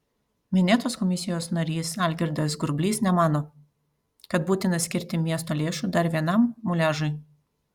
minėtos komisijos narys algirdas grublys nemano kad būtina skirti miesto lėšų dar vienam muliažui